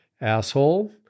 Asshole